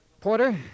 Porter